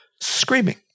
screaming